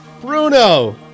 Bruno